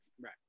right